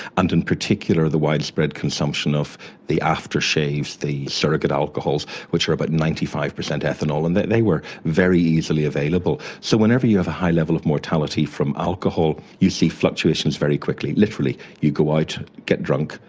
and in particular the widespread consumption of the aftershaves, the surrogate alcohols, which are about ninety five percent ethanol, and they they were very easily available. so whenever you have a high level of mortality from alcohol you see fluctuations very quickly. literally you go out, get drunk,